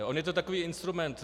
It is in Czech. On je to takový instrument.